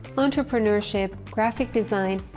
entrepreneurship, graphic design,